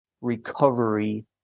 recovery